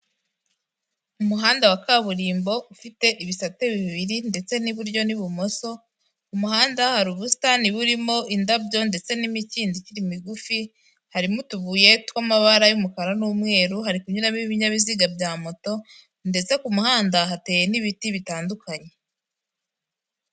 Umuhanda wa kaburimbo, ufite ibisate bibiri, ndetse n'iburyo n'ibumoso, ku umuhanda hari ubusitani burimo indabyo ndetse n'imikindo ikiri migufi, harimo utubuye tw'amabara y'umukara n'umweru, hari kunyuramo ibinyabiziga bya moto, ndetse ku muhanda hateye n'ibiti bitandukanye.